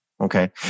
Okay